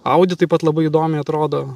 audi taip pat labai įdomiai atrodo